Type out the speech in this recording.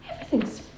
everything's